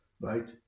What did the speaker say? right